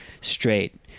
straight